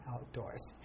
outdoors